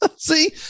See